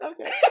okay